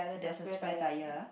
there's a spare tire